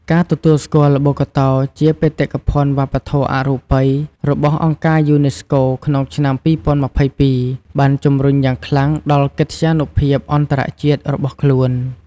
ការទទួលស្គាល់ល្បុក្កតោជាបេតិកភណ្ឌវប្បធម៌អរូបីរបស់អង្គការយូណេស្កូក្នុងឆ្នាំ២០២២ បានជំរុញយ៉ាងខ្លាំងដល់កិត្យានុភាពអន្តរជាតិរបស់ខ្លួន។